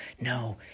no